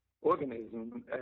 organism